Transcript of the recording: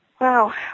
Wow